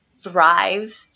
thrive